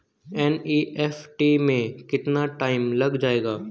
NEFT में कितना time लग जाएगा?